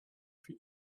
für